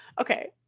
Okay